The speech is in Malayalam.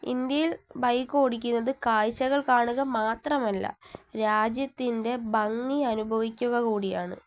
ഇന്ത്യയിൽ ബൈക്ക് ഓടിക്കുന്നത് കാഴ്ചകൾ കാണുക മാത്രമല്ല രാജ്യത്തിൻ്റെ ഭംഗി അനുഭവിക്കുക കൂടിയാണ്